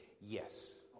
Yes